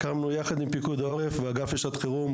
הקמנו יחד עם פיקוד העורף ואגף לשעת חירום